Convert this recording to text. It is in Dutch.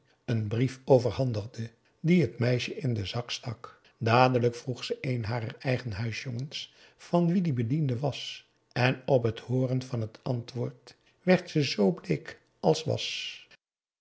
een brief overhandigde die het meisje in den zak stak dadelijk vroeg ze een harer eigen huisjongens van wie die bediende was en op het hooren van het antwoord werd ze zoo bleek als was